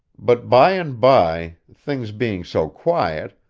but by and by, things being so quiet,